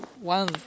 one